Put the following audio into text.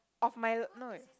of my no eh